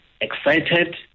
excited